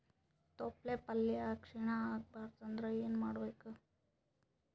ತೊಪ್ಲಪಲ್ಯ ಕ್ಷೀಣ ಆಗಬಾರದು ಅಂದ್ರ ಏನ ಮಾಡಬೇಕು?